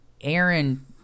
Aaron